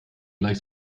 gleich